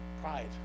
Pride